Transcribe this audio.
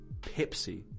Pepsi